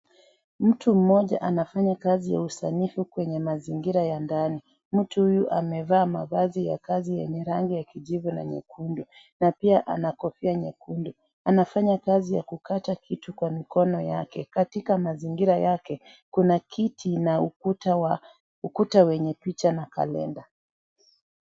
Mtu mmoja anafanya kazi ya usanifu kwenye mazingira ya ndani. Mtu huyu, amevaa mavazi ya kazi yenye rangi ya kijivu na nyekundu na pia ana kofia nyekundu. Anafanya kazi ya kukata kitu kwa mikono yake. Katika mazingira yake, kuna kiti na ukuta wenye picha na kalenda.